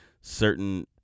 certain